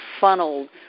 funneled